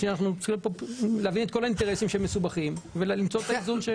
להבין כאן את כל האינטרסים שמסובכים ולמצוא את האיזון.